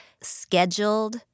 scheduled